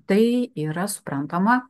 tai yra suprantama